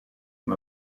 con